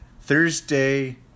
Thursday